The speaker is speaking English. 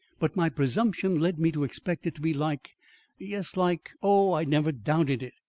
but my presumption led me to expect it to be like yes, like oh, i never doubted it!